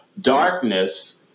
darkness